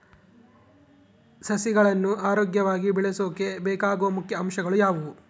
ಸಸಿಗಳನ್ನು ಆರೋಗ್ಯವಾಗಿ ಬೆಳಸೊಕೆ ಬೇಕಾಗುವ ಮುಖ್ಯ ಅಂಶಗಳು ಯಾವವು?